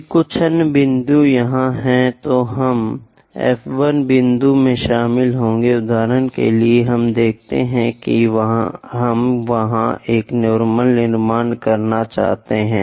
यदि कुछ अन्य बिंदु यहां हैं तो हम F 1 बिंदु में शामिल होंगे उदाहरण के लिए हम देखते हैं कि हम वहां एक नार्मल निर्माण करना चाहते हैं